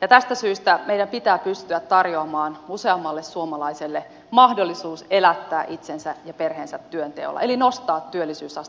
ja tästä syystä meidän pitää pystyä tarjoamaan useammalle suomalaiselle mahdollisuus elättää itsensä ja perheensä työnteolla eli nostamaan työllisyysastetta suomessa